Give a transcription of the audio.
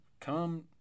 Come